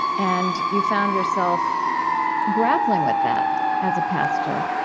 and you found yourself grappling with that as a pastor.